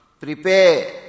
Prepare